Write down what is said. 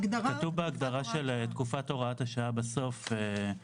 כתוב בהגדרה של תקופת הוראת השעה בסוף